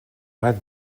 hard